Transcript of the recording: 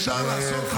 אפשר לעשות רפורמה.